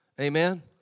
Amen